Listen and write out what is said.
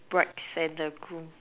brides and the groom